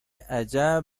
عجب